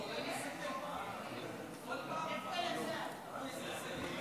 אתם במין תחלופה כזאת של אותם